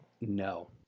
No